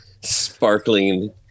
sparkling